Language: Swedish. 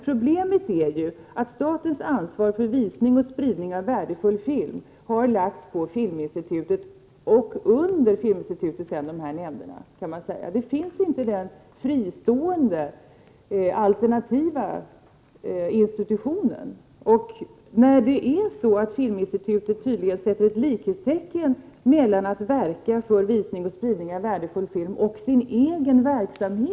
Problemet är att statens ansvar för visning och spridning av värdefull film har lagts på och under Filminstitutet i de olika nämnderna. Det finns inte någon fristående, alternativ institution. Filminstitutet sätter tydligen ett likhetstecken mellan att verka för visning och spridning av värdefull film och sin egen verksamhet.